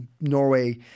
Norway